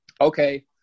okay